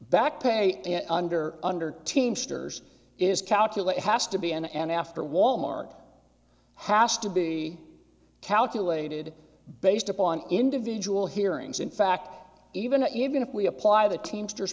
back pay under under teamsters is calculated has to be end after wal mart has to be calculated based upon individual hearings in fact even to even if we apply the teamsters